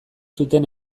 zuten